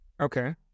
Okay